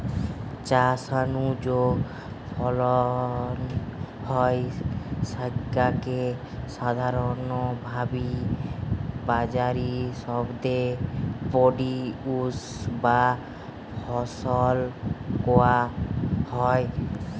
চাষ নু যৌ ফলন হয় স্যাগা কে সাধারণভাবি বাজারি শব্দে প্রোডিউস বা ফসল কয়া হয়